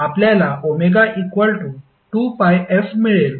आपल्याला ω2πf मिळेल